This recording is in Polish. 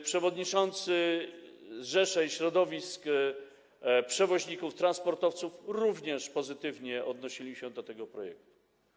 Przewodniczący zrzeszeń środowisk przewoźników, transportowców również pozytywnie odnosili się do tego projektu.